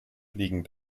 liegen